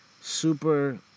super